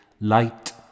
light